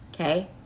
okay